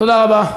תודה רבה.